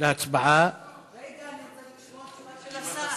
שתסייע להם להגדיל את כושר ההשתכרות שלהם.